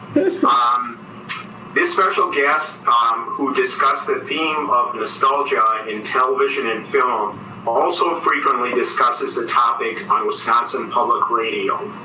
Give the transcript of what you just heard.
um this special guest um who discussed the theme of nostalgia in television and film also frequently discusses the topic on wisconsin public radio?